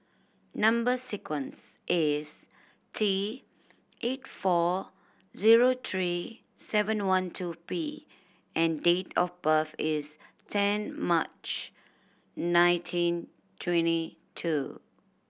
number sequence is T eight four zero three seven one two P and date of birth is ten March nineteen twenty two